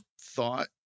thought